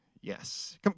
yes